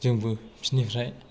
जोंबो बिसोरनिफ्राय